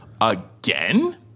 again